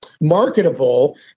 marketable